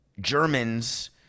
Germans